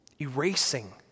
Erasing